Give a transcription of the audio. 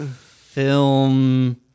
film